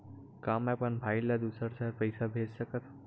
का मैं अपन भाई ल दुसर शहर पईसा भेज सकथव?